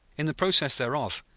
in the process thereof,